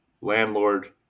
landlord